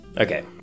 Okay